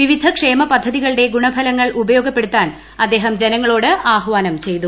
വിവിധ ക്ഷേമ പദ്ധതികളുടെ ഗുണഫലങ്ങൾ ഉപയോഗപ്പെടുത്താൻ അദ്ദേഹം ജനങ്ങളോട് ആഹ്വാനം ചെയ്തു